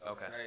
Okay